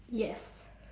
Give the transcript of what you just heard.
yes